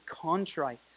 contrite